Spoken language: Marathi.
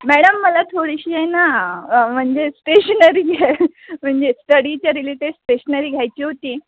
मॅडम मला थोडीशी आहे ना म्हणजे स्टेशनरी घ्या म्हणजे स्टडीचे रिलेटेड स्टेशनरी घ्यायची होती